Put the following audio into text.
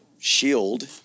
shield